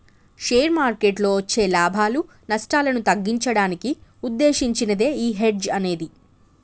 share మార్కెట్టులో వచ్చే లాభాలు, నష్టాలను తగ్గించడానికి వుద్దేశించినదే యీ హెడ్జ్ అనేది